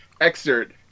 excerpt